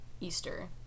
Easter